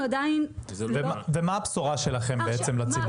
ומה הבשורה שלכם לציבור?